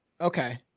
okay